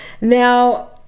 Now